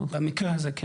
במקרה הזה כן.